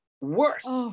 worse